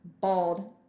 bald